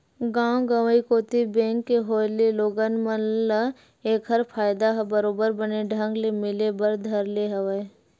गाँव गंवई कोती बेंक के होय ले लोगन मन ल ऐखर फायदा ह बरोबर बने ढंग ले मिले बर धर ले हवय